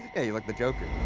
yeah, like the joker.